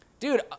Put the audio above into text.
Dude